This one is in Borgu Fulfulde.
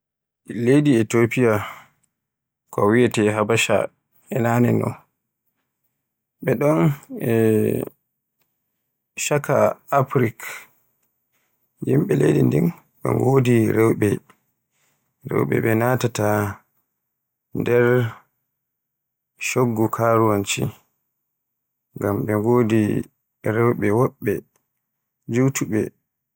Leydi Etopiya, ko wiyeete Habasha e naneeno ɓe ɗon e caaka Afrik, yimɓe leydi ndin ɓe ngodi rewɓe, rewɓe ɓe natata nder coggu kasuwanci. Ngam ɓe ngodi rewɓe woɗɓe jutuɓe